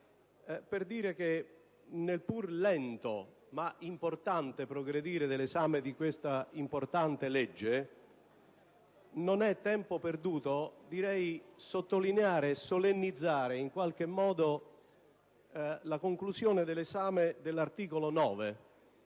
per dire che nel pur lento, ma importante, progredire dell'esame di questa rilevante legge, non è tempo perduto sottolineare e solennizzare in qualche modo la conclusione dell'esame dell'articolo 9.